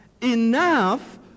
enough